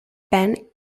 ben